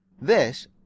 This